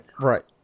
Right